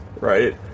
right